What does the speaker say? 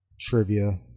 trivia